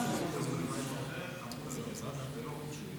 בחוץ וביטחון.